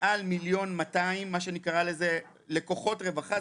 מעל מיליון מאתיים לקוחות רווחה.